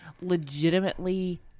legitimately